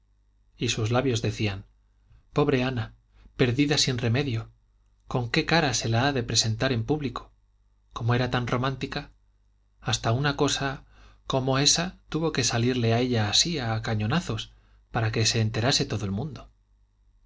sus labios decían pobre ana perdida sin remedio con qué cara se ha de presentar en público como era tan romántica hasta una cosa como esa tuvo que salirle a ella así a cañonazos para que se enterase todo el mundo